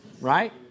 Right